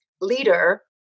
leader